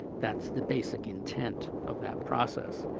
that's the basic intent of that process.